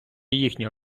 їхня